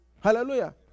Hallelujah